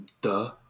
Duh